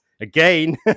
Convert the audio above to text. again